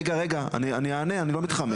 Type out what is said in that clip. רגע רגע אני אני אענה אני לא מתחמק.